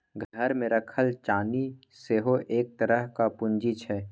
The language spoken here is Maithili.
घरमे राखल चानी सेहो एक तरहक पूंजी छै